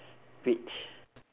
which